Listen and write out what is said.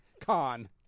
con